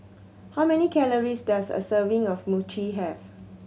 how many calories does a serving of Mochi have